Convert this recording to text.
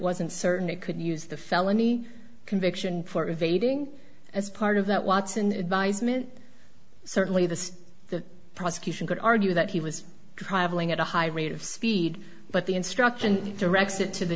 wasn't certain it could use the felony conviction for evading as part of that watson advisement certainly the the prosecution could argue that he was travelling at a high rate of speed but the instruction directs it to the